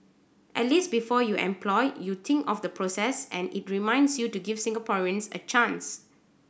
at least before you employ you think of the process and it reminds you to give Singaporeans a chance